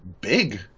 big